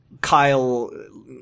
Kyle